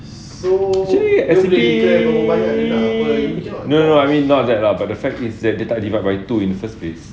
actually everybody no no I mean not that lah but the fact is that dia tak divide by two in the first place